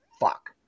fuck